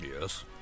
Yes